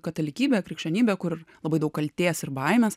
katalikybė krikščionybė kur labai daug kaltės ir baimes